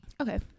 Okay